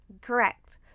Correct